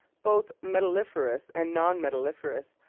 both metalliferous and non-metalliferous,